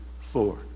four